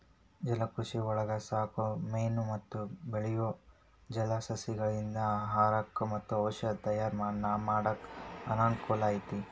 ಜಲಕೃಷಿಯೊಳಗ ಸಾಕೋ ಮೇನು ಮತ್ತ ಬೆಳಿಯೋ ಜಲಸಸಿಗಳಿಂದ ಆಹಾರಕ್ಕ್ ಮತ್ತ ಔಷದ ತಯಾರ್ ಮಾಡಾಕ ಅನಕೂಲ ಐತಿ